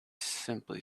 simply